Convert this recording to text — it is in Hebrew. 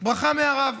ברכה מהרב.